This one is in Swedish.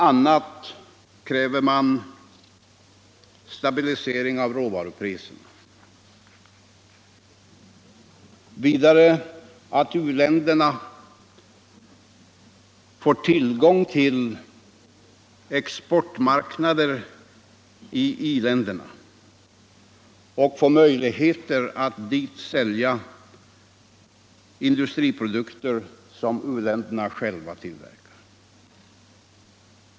a. kräver man stabilisering av råvarupriserna, vidare att u-länderna får tillgång till exportmarknader i i-länderna och får möjligheter att dit sälja industriprodukter som u-länderna själva tillverkar.